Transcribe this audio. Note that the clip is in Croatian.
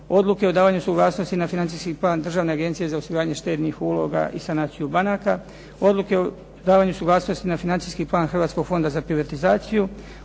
Odluke o davanju suglasnosti na Financijski plan Državne agencije za osiguranje štednih uloga i sanaciju banaka, Odluke o davanju suglasnosti na Financijski plan Hrvatskog fonda za privatizaciju,